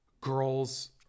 girls